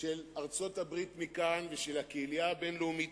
של ארצות-הברית מכאן ושל הקהילה הבין-לאומית